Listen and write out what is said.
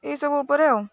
ଏଇସବୁ ଉପରେ ଆଉ